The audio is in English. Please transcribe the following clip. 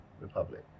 Republic